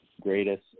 greatest